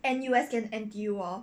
N_U_S 跟 N_T_U hor